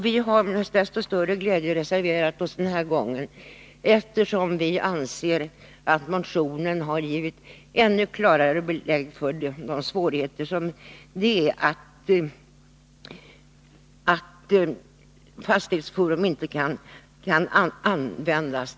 Vi har med ännu större glädje reserverat oss den här gången, eftersom vi anser att motionen nu har givit klara belägg för de svårigheter som uppstår på grund av att fastighetsforum inte kan användas.